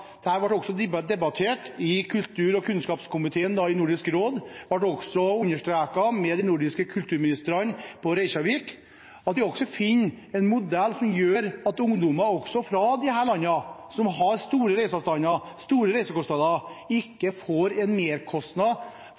ble også debattert i kunnskaps- og kulturkomiteen i Nordisk råd. Det ble også understreket overfor de nordiske kulturministrene på Reykjavik at man må finne en modell som gjør at ungdommer fra disse landene, som har store reiseavstander og store reisekostnader, ikke får en merkostnad